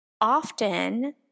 often